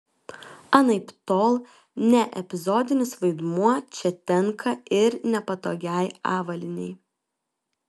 anaiptol ne epizodinis vaidmuo čia tenka ir nepatogiai avalynei